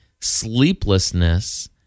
sleeplessness